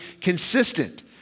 consistent